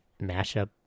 mashup